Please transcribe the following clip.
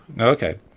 Okay